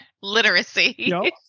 literacy